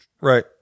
right